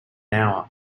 hour